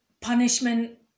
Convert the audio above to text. Punishment